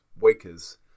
wakers